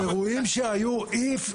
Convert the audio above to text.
אבל האירועים שהיו אם,